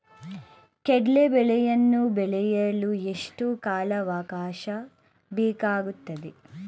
ಕಡ್ಲೆ ಬೇಳೆಯನ್ನು ಬೆಳೆಯಲು ಎಷ್ಟು ಕಾಲಾವಾಕಾಶ ಬೇಕಾಗುತ್ತದೆ?